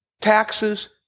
Taxes